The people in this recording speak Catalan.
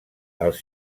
els